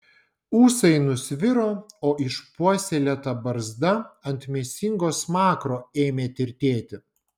ūsai nusviro o išpuoselėta barzda ant mėsingo smakro ėmė tirtėti